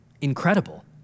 incredible